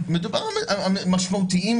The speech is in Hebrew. השאלה שלי למשרד הבריאות אני מקווה שהוא עדיין